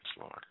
Lord